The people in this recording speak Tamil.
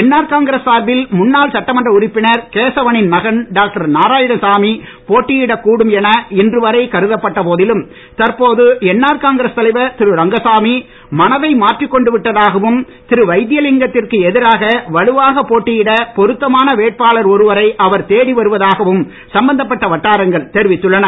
என்ஆர் காங்கிரஸ் சார்பில் முன்னாள் சட்டமன்ற உறுப்பினர் கேசவனின் மகன் டாக்டர் நாராயணசாமி போட்டியிடக் கூடும் என இன்று வரை கருதப்பட்ட போதிலும் தற்போது என்ஆர் காங்கிரஸ் தலைவர் திரு ரங்கசாமி மனதை மாற்றிக் கொண்டு விட்டதாகவும் திரு வைத்திலிங்கத்திற்கு எதிராக வலுவாகப் போட்டியிட பொருத்தமான வேட்பாளர் ஒருவரை அவர் தேடி வருவதாகவும் சம்பந்தப்பட்ட வட்டாரங்கள் தெரிவித்துள்ளன